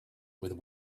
with